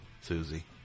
Susie